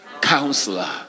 Counselor